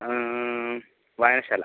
വായനശാല